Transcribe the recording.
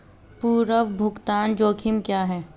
पूर्व भुगतान जोखिम क्या हैं?